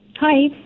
Hi